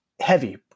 heavy